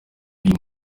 y’uyu